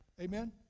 Amen